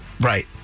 Right